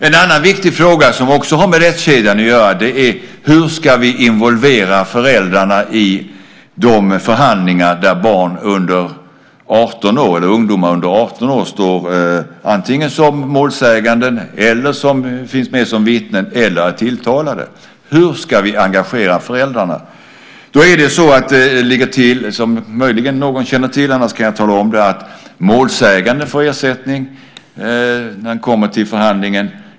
En annan viktig fråga som också har med rättskedjan att göra är: Hur ska vi involvera föräldrarna i förhandlingar där ungdomar under 18 år antingen står som målsägande, finns med som vittnen eller är tilltalade? Hur ska vi engagera föräldrarna? Här ligger det till så - som möjligen någon känner till; annars kan jag tala om det - att den målsägande får ersättning när han kommer till förhandlingen.